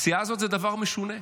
הסיעה הזאת זה דבר משונה.